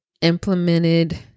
implemented